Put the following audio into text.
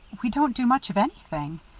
we don't do much of anything.